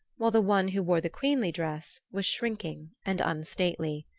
while the one who wore the queenly dress was shrinking and unstately.